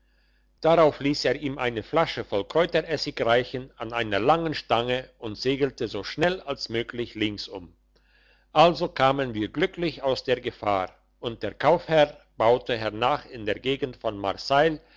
darauf liess er ihm eine flasche voll kräuteressig reichen an einer langen stange und segelte so schnell als möglich linksum also kamen wir glücklich aus der gefahr und der kaufherr baute hernach in der gegend von